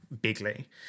bigly